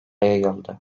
yayıldı